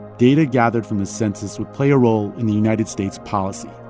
data gathered from the census would play a role in the united states policy.